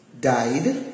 died